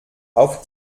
auf